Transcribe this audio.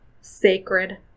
Sacred